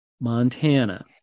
Montana